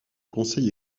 conseil